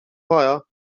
fire